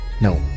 No